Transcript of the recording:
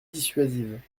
dissuasive